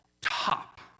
top